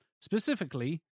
Specifically